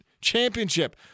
championship